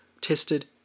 tested